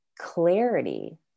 clarity